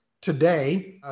today